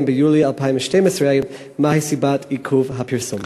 ביולי 2012. מה היא סיבת עיכוב הפרסום?